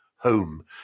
home